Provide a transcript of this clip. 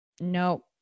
no